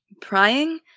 prying